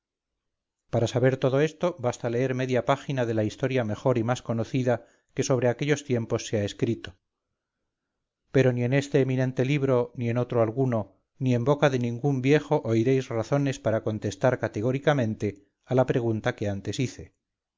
para saber todo esto basta leer media página de la historia mejor y más conocida que sobre aquellos tiempos se ha escrito pero ni en este eminente libro ni en otro alguno ni en boca de ningún viejo oiréis razones para contestar categóricamentea la pregunta que antes hice